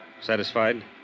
Satisfied